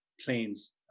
planes